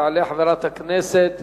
תעלה חברת הכנסת